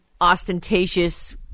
ostentatious